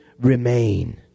remain